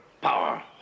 power